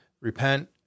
repent